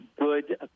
good